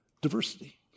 diversity